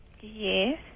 Yes